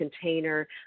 container